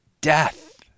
death